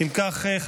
אם כך,